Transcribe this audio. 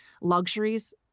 luxuries